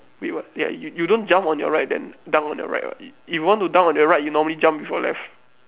wait what ya you you don't jump on your right then dunk on your right [what] if you want to dunk on your right you normally jump with your left